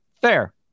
Fair